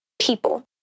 people